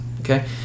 Okay